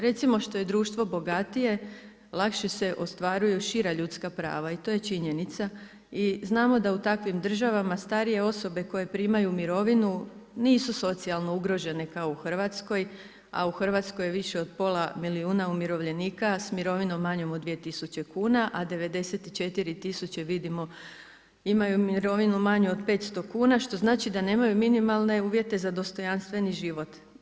Recimo što je društvo bogatije, lakše se ostvaruju šira ljudska prava i to je činjenica i znamo da u takvim državama starije osobe koje primaju mirovinu nisu socijalno ugrožene kao u Hrvatskoj, a u Hrvatskoj više od pola milijuna umirovljenika s mirovinom manjom od 2 tisuće kuna a 94 tisuće vidimo, imaju mirovinu manju od 500 kuna što znači da nemaju minimalne uvjete za dostojanstveni život.